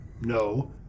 No